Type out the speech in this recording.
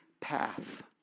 path